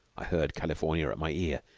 i heard california, at my ear,